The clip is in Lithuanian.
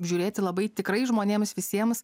žiūrėti labai tikrai žmonėms visiems